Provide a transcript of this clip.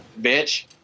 bitch